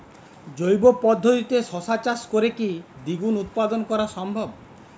জৈব পদ্ধতিতে শশা চাষ করে কি দ্বিগুণ উৎপাদন করা সম্ভব?